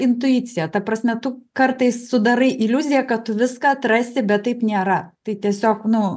intuicija ta prasme tu kartais sudarai iliuziją kad tu viską atrasi bet taip nėra tai tiesiog nu